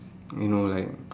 you know like